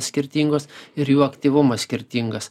skirtingos ir jų aktyvumas skirtingas